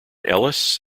ellis